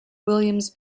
williams